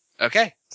Okay